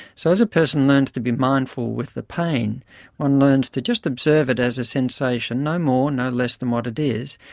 so as a person learns to be mindful with the pain one learns to just observe it as a sensation, no more, no less than what it is,